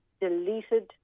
deleted